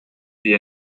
wir